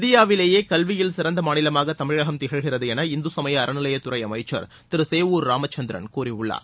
இந்தியாவிலேயே கல்வியில் சிறந்த மாநிலமாக தமிழகம் திகழ்கிறது என இந்துசமய அறநிலையத்துறை அமைச்சர் திரு சேவூர் ராமச்சந்திரன் கூறியுள்ளார்